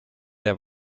der